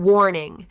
Warning